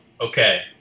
Okay